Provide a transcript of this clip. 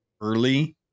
early